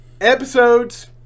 episodes